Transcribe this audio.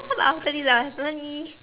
!huh! but after this I have money